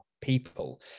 people